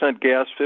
gas